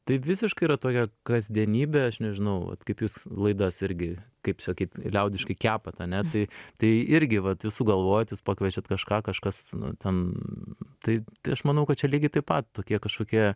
tai visiškai yra toje kasdienybė aš nežinau vat kaip jūs laidas irgi kaip sakyt liaudiškai kepat ane tai tai irgi vat jūs sugalvojot jūs pakviečiat kažką kažkas nu ten tai aš manau kad čia lygiai taip pat tokie kažkokie